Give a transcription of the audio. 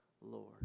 Lord